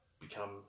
become